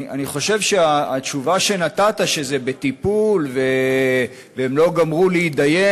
אני חושב שהתשובה שנתת שזה בטיפול והם לא גמרו להתדיין,